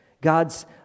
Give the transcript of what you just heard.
God's